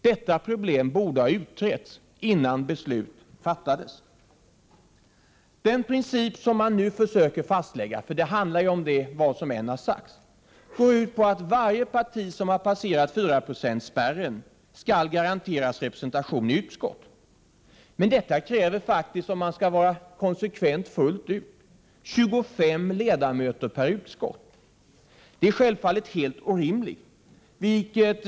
Detta problem borde ha utretts innan beslut fattades. Den princip som man nu försöker fastlägga, eftersom det är detta det handlar om vad som än har sagts, går ut på att varje parti som har passerat fyraprocentsspärren skall garanteras representation i utskotten. Men detta kräver faktiskt, om man skall vara konsekvent fullt ut, 25 ledamöter per utskott. Det är självfallet helt orimligt.